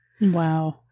Wow